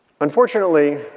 Unfortunately